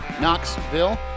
Knoxville